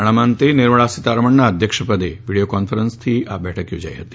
નાણાંમંત્રી નિર્મળા સીતારમણના અધ્યક્ષપદે વીડિયો કોન્ફરન્સિંગ ્વારા બેઠક યોજાઈ ્તી